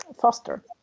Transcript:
faster